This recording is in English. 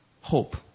hope